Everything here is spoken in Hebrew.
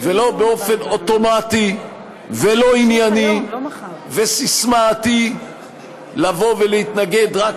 ולא באופן אוטומטי ולא ענייני וססמאתי לבוא ולהתנגד רק